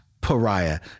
Pariah